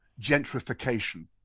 gentrification